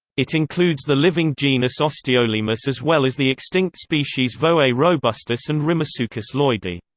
it includes the living genus osteolaemus as well as the extinct species voay robustus and rimasuchus lloydi.